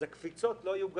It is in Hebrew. אז הקפיצות לא יהיו גסות,